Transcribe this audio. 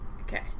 Okay